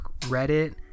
Reddit